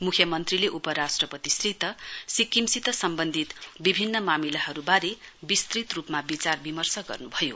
मुख्यमन्त्रीले उपराष्ट्रपतिसित सिक्किम सम्बन्धित विभिन्न मामिलाहरुबारे विस्तृत रुपमा विचार विमर्श गर्नुभयो